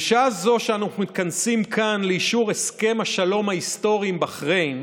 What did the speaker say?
בשעה זו שאנו מתכנסים כאן לאישור הסכם השלום ההיסטורי עם בחריין